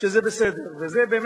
שר